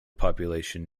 population